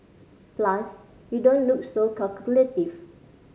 plus you don't look so calculative